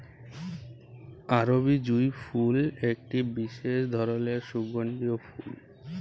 আরবি জুঁই ফুল একটি বিসেস ধরলের সুগন্ধিও ফুল